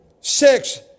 six